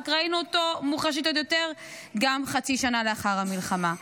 רק ראינו אותו מוחשית עוד יותר גם חצי שנה לאחר המלחמה.